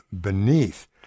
beneath